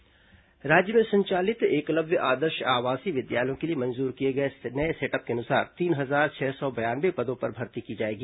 एकलव्य विद्यालय राज्य में संचालित एकलव्य आदर्श आवासीय विद्यालयों के लिए मंजूर किए गए नये सेटअप के अनुसार तीन हजार छह सौ बयानवे पदों पर भर्ती की जाएगी